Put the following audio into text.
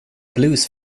blues